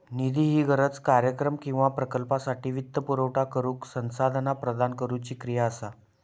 निधी ही गरज, कार्यक्रम किंवा प्रकल्पासाठी वित्तपुरवठा करुक संसाधना प्रदान करुची क्रिया असा